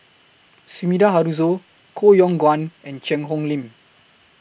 Sumida Haruzo Koh Yong Guan and Cheang Hong Lim